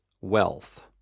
wealth